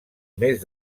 més